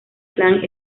clan